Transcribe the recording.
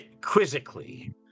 quizzically